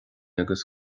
agus